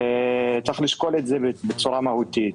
צריך לשקול את זה בצורה מהותית.